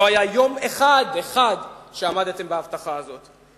לא היה יום אחד שעמדתם בהבטחה הזאת.